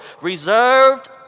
reserved